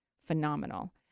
phenomenal